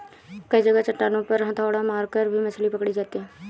कई जगह चट्टानों पर हथौड़ा मारकर भी मछली पकड़ी जाती है